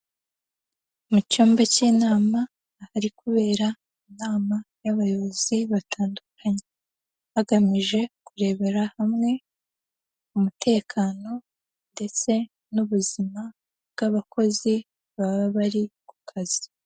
Mu cyumba cy'inama ahari kubera inama y'abayobozi batandukanye, bagamije kurebera hamwe umutekano ndetse n'ubuzima bw'abakozi baba bari ku kazi.